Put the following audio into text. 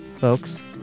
folks